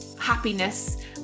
happiness